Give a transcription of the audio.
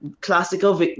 classical